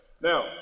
Now